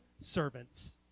servants